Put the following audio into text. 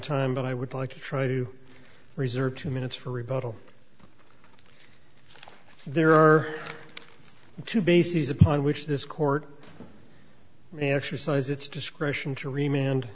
time but i would like to try to reserve two minutes for rebuttal there are two bases upon which this court an exercise its discretion to remain